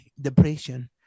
depression